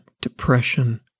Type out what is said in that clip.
depression